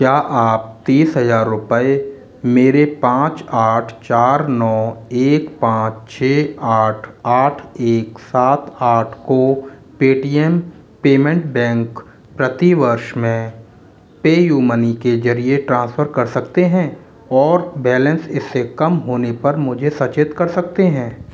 क्या आप तीस हज़ार रुपये मेरे पाँच आठ चार नौ एक पाँच छः आठ आठ एक सात आठ को पेटीएम पेमेंट बैंक प्रतिवर्ष में पेयू मनी के ज़रिए ट्रांसफ़र कर सकते हैं और बैलेंस इससे कम होने पर मुझे सचेत कर सकते हैं